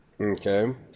Okay